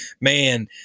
man